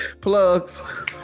Plugs